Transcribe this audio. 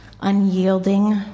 unyielding